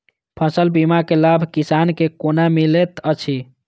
फसल बीमा के लाभ किसान के कोना मिलेत अछि?